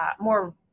more